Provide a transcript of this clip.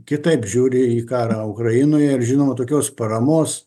kitaip žiūri į karą ukrainoje ir žinoma tokios paramos